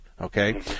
okay